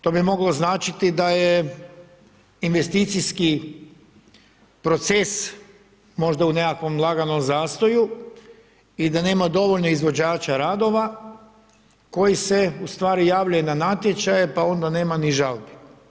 To bi moglo značiti da je investicijski proces možda u nekakvom laganom zastoju i da nema dovoljno izvođača radova koji se ustvari javljaju na natječaje pa onda nema ni žalbe.